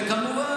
וכמובן,